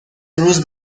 روز